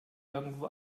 irgendwo